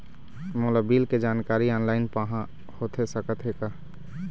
मोला बिल के जानकारी ऑनलाइन पाहां होथे सकत हे का?